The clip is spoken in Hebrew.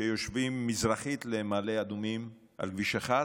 שיושבים מזרחית למעלה אדומים על כביש 1,